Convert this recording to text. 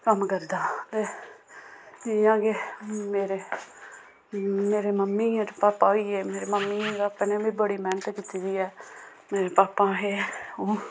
कम्म करदा ते जि'यां गै मेरे मेरे मम्मी पापा होई गे मेरी मम्मी बी अपने बड़ी मेह्नत कीती दी ऐ मेरे पापा हे ओह्